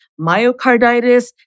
myocarditis